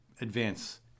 advance